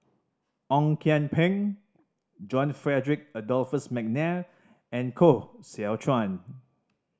Ong Kian Peng John Frederick Adolphus McNair and Koh Seow Chuan